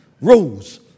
rules